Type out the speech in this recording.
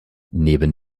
neben